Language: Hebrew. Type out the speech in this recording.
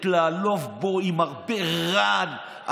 עשה איתנו ממשלת אחדות,